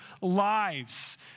lives